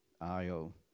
Io